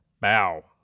Bow